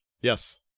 Yes